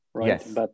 Yes